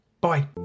Bye